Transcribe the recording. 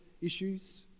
issues